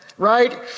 Right